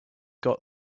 got